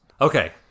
Okay